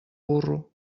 burro